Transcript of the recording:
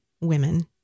women